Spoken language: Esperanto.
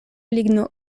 ligno